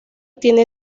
tiene